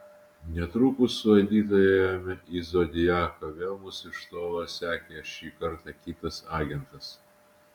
netrukus su edita ėjome į zodiaką vėl mus iš tolo sekė šį kartą kitas agentas